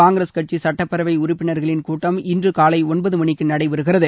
காங்கிரஸ் கட்சி சுட்டப்பேரவை உறுப்பினர்களின் கூட்டம் இன்று காலை ஒன்பது மணிக்கு நடைபெறுகிறது